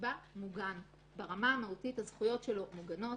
שהנתבע מוגן, הזכויות שלו מוגנות.